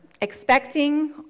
expecting